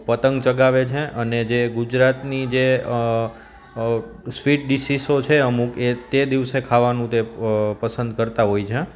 પતંગ ચગાવે છે અને જે ગુજરાતની જે સ્વીટ ડીસીશો છે અમુક એ તે દિવસે ખાવાનું તે પસંદ કરતા હોય છે